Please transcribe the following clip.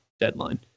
deadline